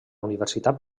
universitat